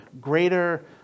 greater